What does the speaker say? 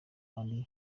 yari